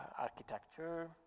architecture